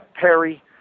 Perry